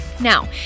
Now